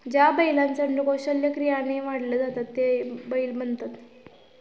ज्या बैलांचे अंडकोष शल्यक्रियाने काढले जातात ते बैल बनतात